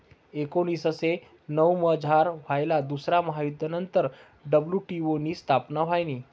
एकोनीसशे नऊमझार व्हयेल दुसरा महायुध्द नंतर डब्ल्यू.टी.ओ नी स्थापना व्हयनी